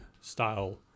style